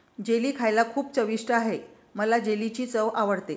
jelly खायला खूप चविष्ट आहे मला जेलीची चव आवडते